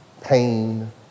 pain